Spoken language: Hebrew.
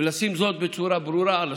ולשים זאת בצורה ברורה על השולחן.